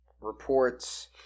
reports